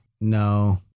no